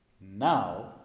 Now